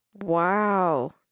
wow